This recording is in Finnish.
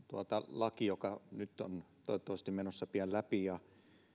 laki joka on toivottavasti menossa pian läpi ja